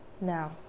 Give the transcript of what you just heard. now